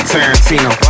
Tarantino